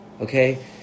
Okay